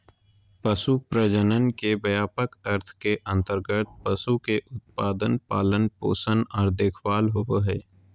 पशु प्रजनन के व्यापक अर्थ के अंतर्गत पशु के उत्पादन, पालन पोषण आर देखभाल होबई हई